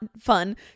fun